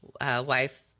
wife